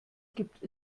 gibt